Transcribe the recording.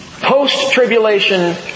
Post-tribulation